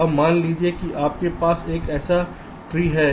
अब मान लीजिए कि आपके पास एक ऐसा ट्री है